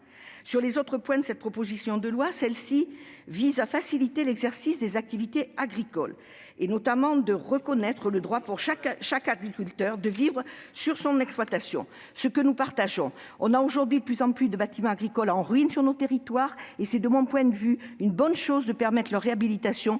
ruraux ne suivent pas. Cette proposition de loi vise également à faciliter l'exercice des activités agricoles. Il s'agit notamment de reconnaître le droit pour chaque agriculteur de vivre sur son exploitation. C'est une idée que nous partageons. Aujourd'hui, de plus en plus de bâtiments agricoles sont en ruine sur nos territoires. C'est, de mon point de vue, une bonne chose que de permettre leur réhabilitation